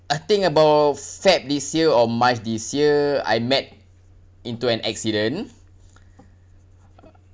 I think about feb this year or march this year I met into an accident